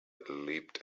leapt